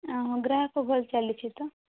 ଗ୍ରାହକ ଭଲ ଚାଲିଛି ତ